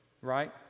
right